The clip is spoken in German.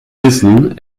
wissen